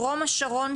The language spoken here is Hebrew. דרום השרון,